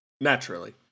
Naturally